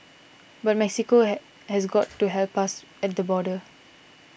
but Mexico has got to help us at the border